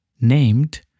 Named